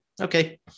okay